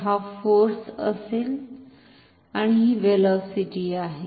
तर हा फोर्स असेल आणि ही व्हेलॉसीटी आहे